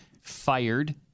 fired